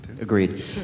Agreed